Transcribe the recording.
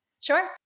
Sure